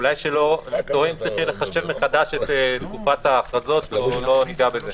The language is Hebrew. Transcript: אולי שלא צריך יהיה לחשב מחדש את תקופת ההכרזות או לא ניגע בזה.